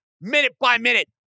minute-by-minute